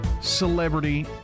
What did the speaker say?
celebrity